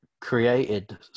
created